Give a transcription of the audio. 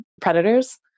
predators